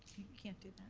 can't do